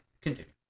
Continue